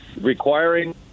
requiring